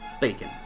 Bacon